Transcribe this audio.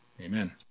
Amen